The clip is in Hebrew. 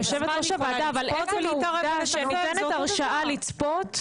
יושבת ראש הוועדה אבל פה זה מודגש שניתנת הרשאה לצפות,